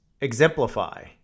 exemplify